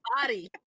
body